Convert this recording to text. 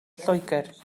lloegr